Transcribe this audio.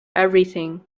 everything